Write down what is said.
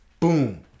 Boom